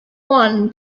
one